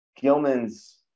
Gilman's